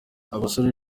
abasore